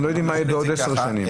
אנחנו לא יודעים מה יהיה בעוד עשר שנים,